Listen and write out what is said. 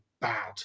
bad